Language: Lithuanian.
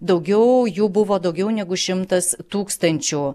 daugiau jų buvo daugiau negu šimtas tūkstančių